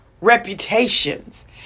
reputations